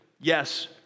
yes